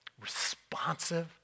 responsive